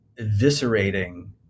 eviscerating